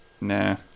nah